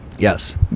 Yes